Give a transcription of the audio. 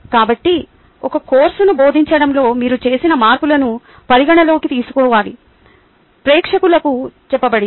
కాబట్టి ఒక కోర్సును బోధించడంలో మీరు చేసిన మార్పులను పరిగణలోకి తీసుకోవాలని ప్రేక్షకులకు చెప్పబడింది